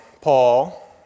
Paul